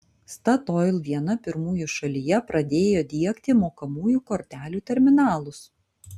statoil viena pirmųjų šalyje pradėjo diegti mokamųjų kortelių terminalus